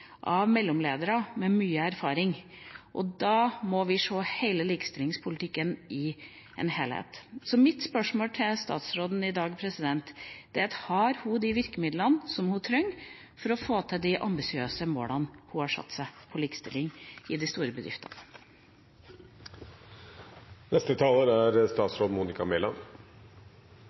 Da må vi se hele likestillingspolitikken i en helhet. Mitt andre spørsmål til statsråden i dag er: Har hun de virkemidlene som hun trenger for å nå de ambisiøse målene hun har satt seg innen likestilling i de store bedriftene? Nærings- og fiskeridepartementet forvalter statens eierskap i 30 selskaper. Andre departementer forvalter statens direkte eierskap i de øvrige 40 selskapene. Jeg er